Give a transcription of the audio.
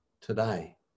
today